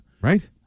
Right